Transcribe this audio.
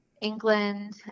England